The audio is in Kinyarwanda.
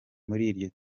iryo